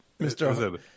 Mr